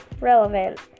relevant